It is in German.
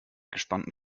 gespannten